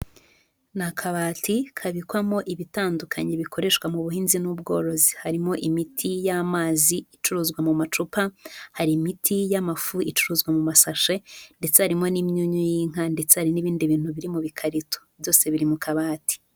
Ni akabati kabikwamo ibitandukanye bikoreshwa mu buhinzi n'ubworozi. Harimo imiti y'amazi icuruzwa mu macupa, hari imiti y'amafu icuruzwa mu masashe ndetse harimo n'imyunyu y'inka ndetse hari n'ibindi bintu biri mu bikarito, byose biri mu kabati.